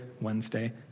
Wednesday